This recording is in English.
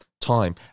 Time